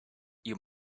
you